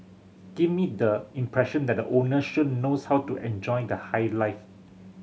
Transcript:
give me the impression that the owner knows how to enjoy the high life